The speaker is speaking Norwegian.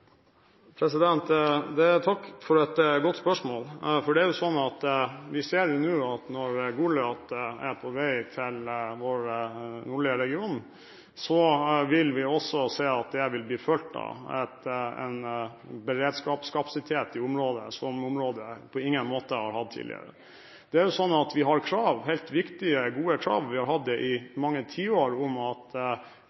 Takk for et godt spørsmål. Når vi nå ser at Goliat er på vei til vår nordlige region, vil vi også se at det vil bli fulgt av en beredskapskapasitet i området som området på ingen måte har hatt tidligere. Det er sånn at vi har viktige, gode krav – vi har hatt det i